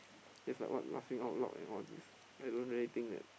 it's like what laughing out loud and all this I don't really think that